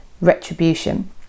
retribution